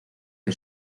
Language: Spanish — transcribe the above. que